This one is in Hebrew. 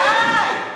איילת,